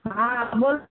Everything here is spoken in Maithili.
हँ बोलु